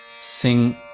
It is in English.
sing